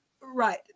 Right